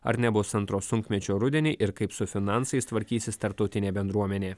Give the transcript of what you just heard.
ar nebus antro sunkmečio rudenį ir kaip su finansais tvarkysis tarptautinė bendruomenė